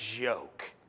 joke